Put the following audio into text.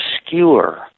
obscure